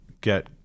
get